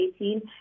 2018